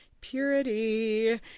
purity